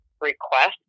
request